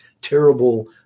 terrible